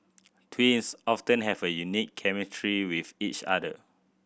twins often have a unique chemistry with each other